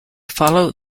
follow